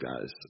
guys